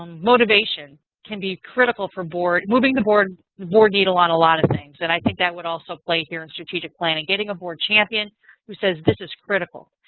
um motivation can be critical for moving the board board ah on a lot of things. and i think that would also play here in strategic planning. getting a board champion who says this is critical.